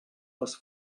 les